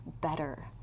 better